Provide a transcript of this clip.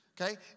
Okay